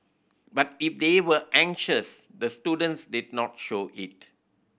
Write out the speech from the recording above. but if they were anxious the students did not show it